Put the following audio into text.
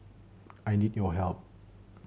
I need your help